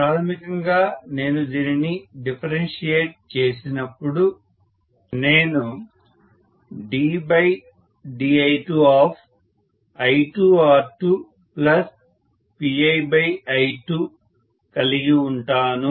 ప్రాథమికంగా నేను దీనిని డిఫరెన్షియేట్ చేసినప్పుడు నేను ddI2I2R2PiI2 కలిగి ఉంటాను